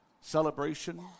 celebration